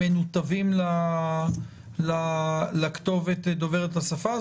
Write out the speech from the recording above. הם מנותבים לכתובת דוברת השפה?